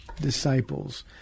disciples